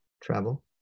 travel